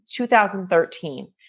2013